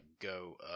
go